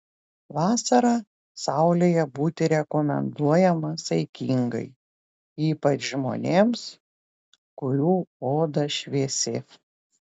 vasarą saulėje būti rekomenduojama saikingai ypač žmonėms kurių oda šviesi